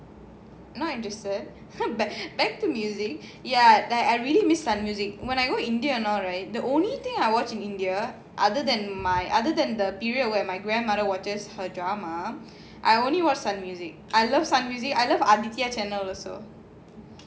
not interested but back to music ya I really miss sun music when I go India and all right the only thing I watch in India other than my other than the period where my grandmother watches her drama I only watch music I love music I love aditya channel also